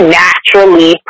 naturally